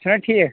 چھُ نہ ٹھیٖک